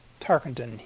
Tarkenton